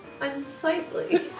Unsightly